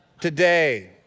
Today